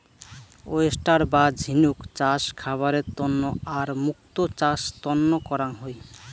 oyster বা ঝিনুক চাষ খাবারের তন্ন আর মুক্তো চাষ তন্ন করাং হই